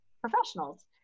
professionals